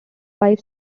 five